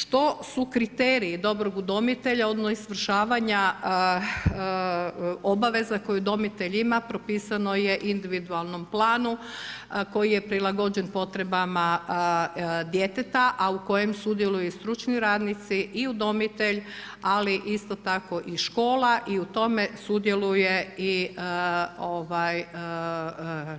Što su kriteriji dobrog udomitelja odnosno izvršavanja obaveze koju udomitelj ima, propisano je u individualnom planu koji je prilagođen potrebama djeteta, a u kojem sudjeluju i stručni radnici, i udomitelj, ali isto tako i škola i u tome sudjeluje i